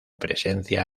presencia